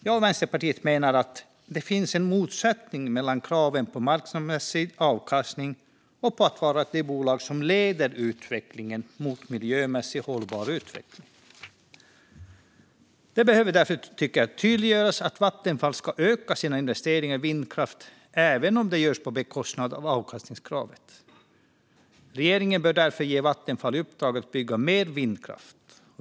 Jag och Vänsterpartiet menar att det finns en motsättning mellan kraven på marknadsmässig avkastning och att vara ett av de bolag som leder utvecklingen mot miljömässigt hållbar energiproduktion. Det behöver därför tydliggöras att Vattenfall ska öka sina investeringar i vindkraft även om det görs på bekostnad av avkastningskravet. Regeringen bör därför ge Vattenfall i uppdrag att bygga mer vindkraft.